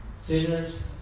sinners